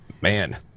Man